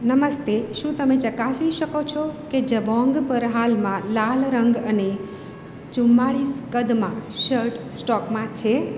નમસ્તે શું તમે ચકાસી શકો છો કે જબોંગ પર હાલમાં લાલ રંગ અને ચુમ્માલીસ કદમાં શર્ટ સ્ટોકમાં છે